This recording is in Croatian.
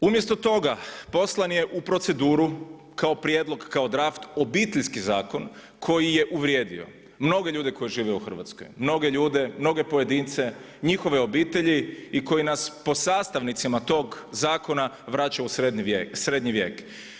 Umjesto toga poslan je u proceduru kao prijedlog, kao draft Obiteljski zakon koji je uvrijedio mnoge ljude koji žive u Hrvatskoj, mnoge ljude, mnoge pojedince, njihove obitelji i koji nas po sastavnicama tog zakona vraća u srednji vijek.